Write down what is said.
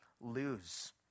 lose